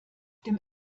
dem